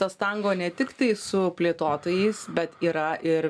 tas tango ne tiktai su plėtotojais bet yra ir